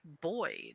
boyd